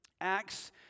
Acts